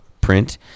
print